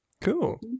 Cool